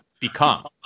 become